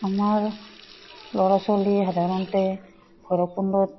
আমাৰ ল'ৰা ছোৱালীয়ে সাধাৰণতে ভৈৰৱকুণ্ডত